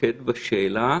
להתמקד בשאלה